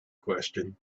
question